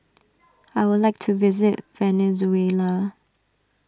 I would like to visit Venezuela